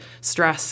stress